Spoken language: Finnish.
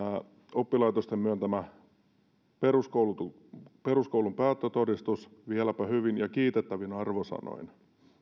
oppilaitosten myöntämä peruskoulun peruskoulun päättötodistus vieläpä hyvin ja kiitettävin arvosanoin